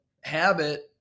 habit